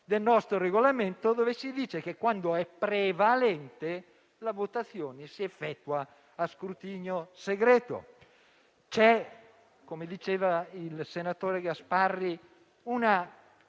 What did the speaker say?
del nostro Regolamento, dove si dice che, quando vi è prevalenza, la votazione si effettua a scrutinio segreto. Come diceva il senatore Gasparri, vi